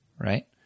right